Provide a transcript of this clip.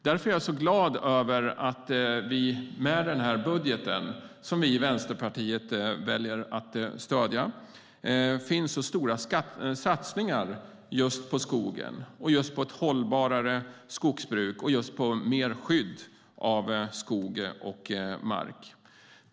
Därför är jag glad över att det i denna budget, som Vänsterpartiet väljer att stödja, finns stora satsningar på skogen, ett hållbarare skogsbruk och mer skydd av skog och mark.